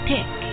Pick